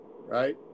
right